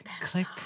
Click